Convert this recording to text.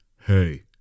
Hey